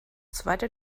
zweite